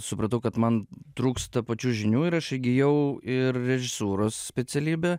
supratau kad man trūksta pačių žinių ir aš įgijau ir režisūros specialybę